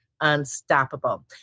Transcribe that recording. unstoppable